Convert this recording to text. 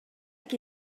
qui